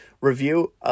review